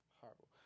Horrible